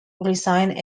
resigned